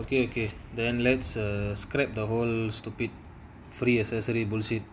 okay okay then let's err scrap the whole stupid free accessory bullshit